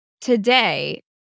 today